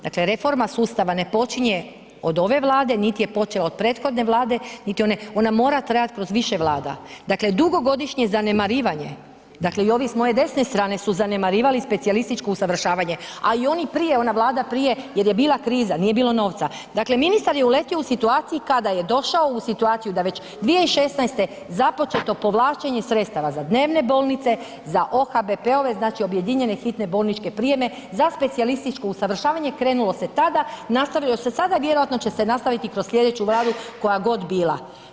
Dakle, reforma sustava ne počinje od ove Vlade, nit je počela od prethodne Vlade, niti one, ona mora trajat kroz više Vlada, dakle dugogodišnje zanemarivanje, dakle i ovi s moje desne strane su zanemarivali specijalističku usavršavanje, a i oni prije, ona Vlada prije jer je bila kriza, nije bilo novca, dakle ministar je uletio u situaciji kada je došao u situaciju da već 2016. započeto povlačenje sredstava za dnevne bolnice, za OHBP-ove, znači objedinjene hitne bolničke prijeme, za specijalističko usavršavanje, krenulo se tada, nastavilo se sada i vjerojatno će se nastaviti kroz slijedeću Vladu koja god bila.